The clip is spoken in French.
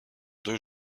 deux